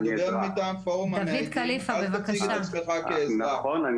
אל תציג את עצמך כאזרח, אתה